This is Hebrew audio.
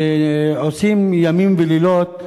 שעושים לילות כימים,